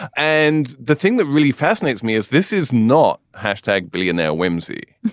and the thing that really fascinates me is this is not hashtag billionaire whimsy.